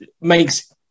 makes